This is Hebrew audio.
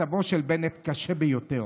מצבו של בנט קשה ביותר.